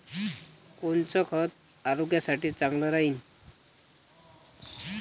कोनचं खत आरोग्यासाठी चांगलं राहीन?